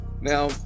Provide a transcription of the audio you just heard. Now